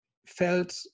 felt